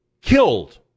killed